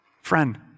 Friend